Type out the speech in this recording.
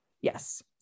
Yes